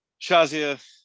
shazia